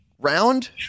Round